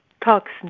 talks